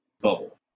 bubble